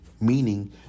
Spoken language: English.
meaning